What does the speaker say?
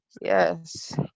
Yes